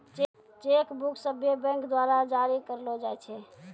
cheque book सभ्भे bank द्वारा जारी करलो जाय छै